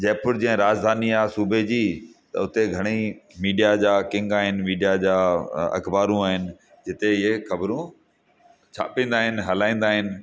जयपुर जीअं राजधानी आ सुबे जी त उते घणेई मीडिया जा किंग आहिनि मीडिया जा अखबारू आहिनि जिते इहे खबरू छापिंदा आहिनि हलाईंदा आहिनि